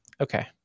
Okay